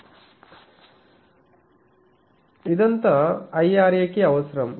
ఇదంతా IRA కి అవసరం